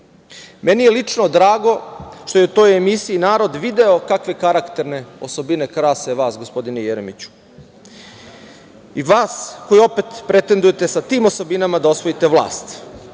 je lično drago što je u toj emisiji narod video kakve karakterne osobine krase vas gospodine Jeremiću. Vas, koji opet pretendujete sa tim osobinama da osvojite vlast.